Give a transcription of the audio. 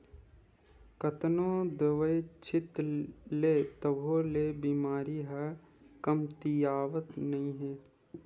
कतनो दवई छित ले तभो ले बेमारी ह कमतियावत नइ हे